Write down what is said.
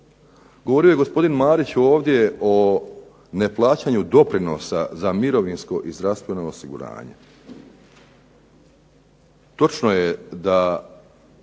Govorio je gospodin Marić ovdje o neplaćanju doprinosa za mirovinsko i zdravstveno osiguranje. Točno je da